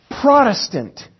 Protestant